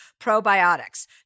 probiotics